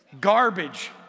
Garbage